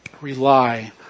rely